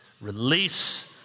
Release